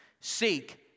seek